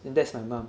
then that's my mum